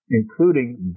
including